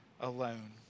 alone